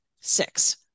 six